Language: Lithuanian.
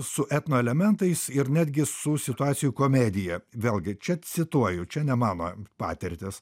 su etno elementais ir netgi su situacijų komedija vėlgi čia cituoju čia ne mano patirtis